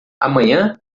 amanhã